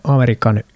Amerikan